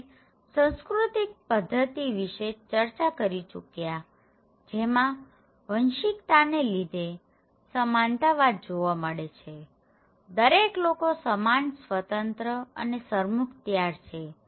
આપણે સાંસ્કૃતિક પદ્ધતિ વિશે ચર્ચા કરી ચુક્યા જેમાં વાંશિકતાને લીધે સમાનતા વાદ જોવા મળે છેદરેક લોકો સમાનસ્વતંત્ર અને સરમુખત્યાર છે